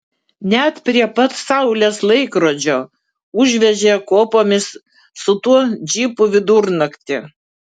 net prie pat saulės laikrodžio užvežė kopomis su tuo džipu vidurnaktį